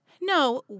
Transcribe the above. No